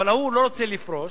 אבל ההוא לא רוצה לפרוש,